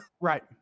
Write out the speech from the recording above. Right